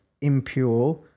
impure